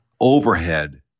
overhead